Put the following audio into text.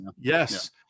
yes